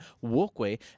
walkway